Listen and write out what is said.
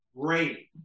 great